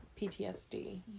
PTSD